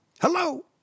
Hello